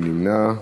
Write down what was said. מי נמנע?